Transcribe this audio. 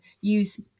use